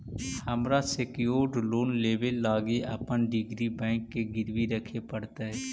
हमरा secured loan लेबे लागी अपन डिग्री बैंक के गिरवी रखे पड़तई